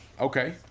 Okay